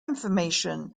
information